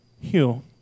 Hugh